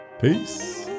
Peace